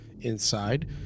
inside